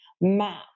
map